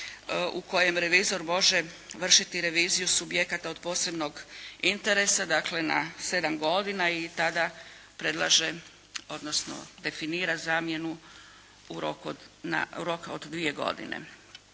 u kojem revizor može vršiti subjekata od posebnog interesa, dakle na sedam godina i tada predlaže odnosno definira zamjenu na rok od dvije godine,